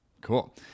Cool